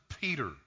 Peter